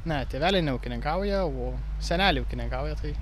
ne tėveliai neūkininkauja o seneliai ūkininkauja tai